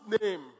name